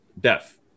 death